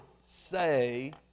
say